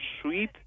sweet